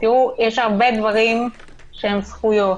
יש הרבה דברים שהם זכויות